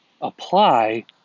apply